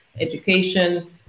education